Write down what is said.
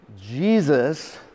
Jesus